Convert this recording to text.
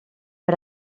per